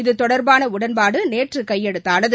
இது தொடர்பான உடன்பாடு நேற்று கையெழுத்தானது